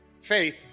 Faith